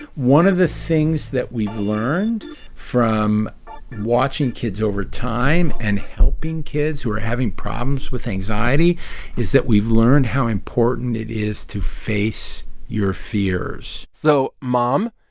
one of the things that we've learned from watching kids over time and helping kids who are having problems with anxiety is that we've learned how important it is to face your fears so, mom,